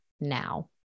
now